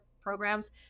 programs